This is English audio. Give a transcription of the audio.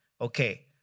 okay